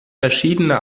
verschiedene